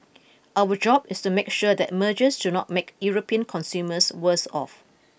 our job is to make sure that mergers do not make European consumers worse off